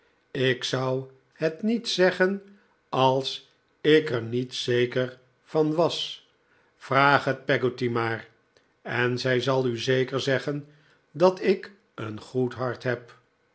ik zou het niet zeggen als ik er niet zeker van was vraag het peggotty maar en zij zal u zeker zeggen dat ik een goed hart heb